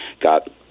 got